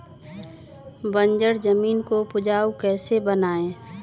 बंजर जमीन को उपजाऊ कैसे बनाय?